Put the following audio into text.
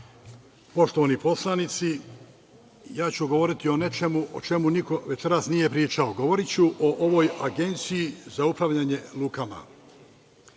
poštovani poslanici, ja ću govoriti o nečemu o čemu niko večeras nije pričao. Govoriću o ovoj Agenciji za upravljanje